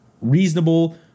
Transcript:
reasonable